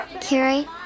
Carrie